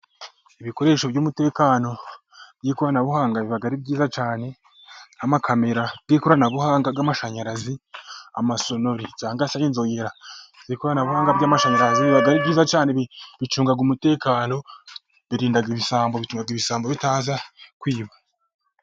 Ibikoresho by'umutekano by'ikoranabuhanga biba ari byiza cyane, amakamera y'ikoranabuhanga ry'amashanyarazi, amasoneri cyangwa se inzongera ikoranabuhanga ry'amashanyarazi, biba ari byiza cyane bicunga umutekano, birinda ibisambo, bituma ibisambo bitaza kwiba.